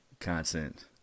content